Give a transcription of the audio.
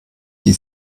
die